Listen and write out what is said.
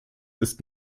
ist